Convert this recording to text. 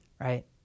right